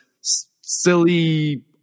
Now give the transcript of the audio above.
silly